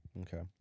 Okay